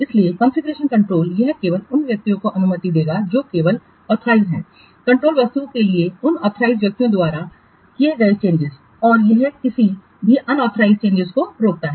इसलिए configuration control यह केवल उन व्यक्तियों को अनुमति देगा जो केवल ऑथराइज हैं कंट्रोल वस्तुओं के लिए उन ऑथराइज व्यक्तियों द्वारा किए गए चेंजिंस और यह किसी भीअनऑथराइज चेंजिंसों को रोकता है